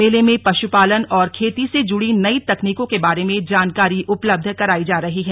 मेले में पशुपालन और खेती से जुड़ी नई तकनीकों के बारे में जानकारी उपलब्ध कराई जा रही है